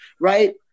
right